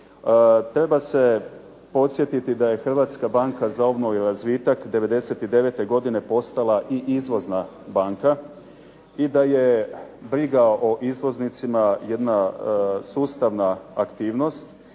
Treba se podsjetiti da je Hrvatska banka za obnovu i razvitak 99. godine postala i Izvozna banka i daje briga o izvoznicima jedna sustavna aktivnost,